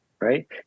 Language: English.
right